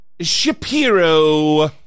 Shapiro